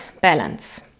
balance